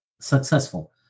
successful